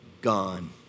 gone